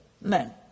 men